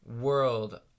world